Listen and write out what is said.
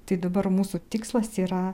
tai dabar mūsų tikslas yra